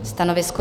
Stanovisko?